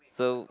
so